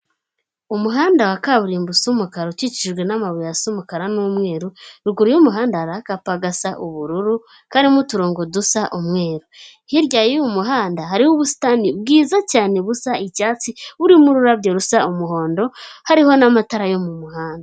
Umuhanda wa kaburimbo usa umukara, ukikijwe n'amabuye asa umukara n'umweru, ruguru y'umuhanda hari akapa gasa ubururu karimo uturongo dusa umweru. Hirya y'uyu muhanda hariho ubusitani bwiza cyane busa icyatsi buririmo ururabyo rusa umuhondo, hariho n'amatara yo mu muhanda.